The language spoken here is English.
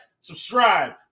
subscribe